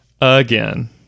again